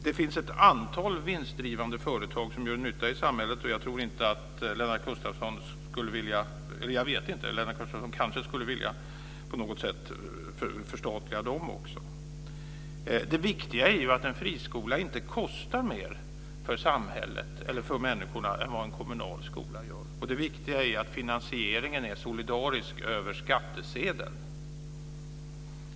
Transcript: Det finns ett antal vinstdrivande företag som gör nytta i samhället, och jag tror inte, men kanske Lennart Gustavsson skulle vilja förstatliga dem också. Det viktiga är ju att en friskola inte kostar mer för människorna än en kommunal skola gör. Det viktiga är också att finansieringen är solidarisk över skattsedeln.